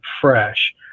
fresh